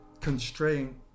constraint